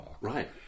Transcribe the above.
Right